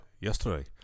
yesterday